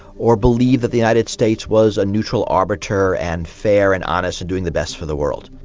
or believed that the united states was a neutral arbiter and fair and honest and doing the best for the world.